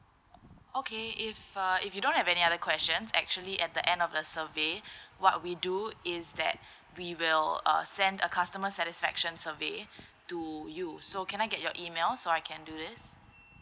okay if uh if you don't have any other questions actually at the end of the survey what we do is that we will uh send a customer satisfaction survey to you so can I get your email so I can do this